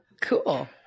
Cool